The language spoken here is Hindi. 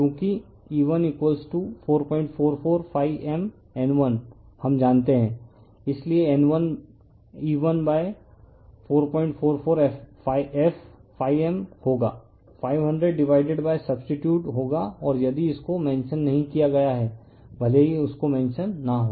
चूंकि E1444 mN1 जानते हैं कि इसलिए N1 E1444 f m होगा 500 डिवाइडेड बाय सबसटीटयूड होगा और यदि इसको मेंशन नहीं किया गया है भले ही उसका मेंशन न हो